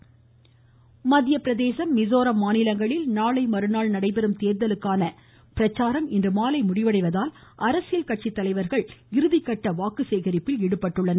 தேர்தல் மத்திய பிரதேசம் மிஸோரம் மாநிலங்களில் நாளைமறுநாள் நடைபெறும் தேர்தலுக்கான பிரச்சாரம் இன்று மாலை முடிவடைவதால் அரசியல் கட்சித்தலைவர்கள் இறுதிக்கட்ட வாக்குசேகரிப்பில் ஈடுபட்டுள்ளனர்